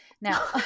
Now